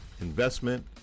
investment